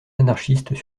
anarchistes